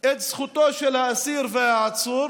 את זכותו של האסיר והעצור,